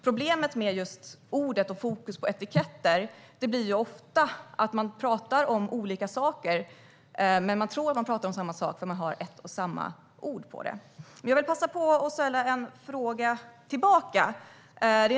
Problemet med att fokusera på ord och etiketter blir ofta att man talar om olika saker fastän man har ett och samma ord på det. Jag vill passa på att ställa en fråga tillbaka.